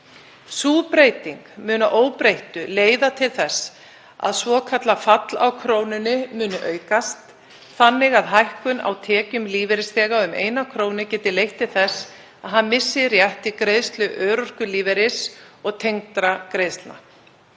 Sú breyting muni að óbreyttu leiða til þess að svokallað „fall á krónunni“ muni aukast, þannig að hækkun á tekjum lífeyrisþega um eina krónu geti leitt til þess að hann missi rétt til greiðslu örorkulífeyris og tengdra greiðslna.